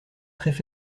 traits